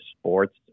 sports